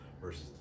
versus